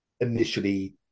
initially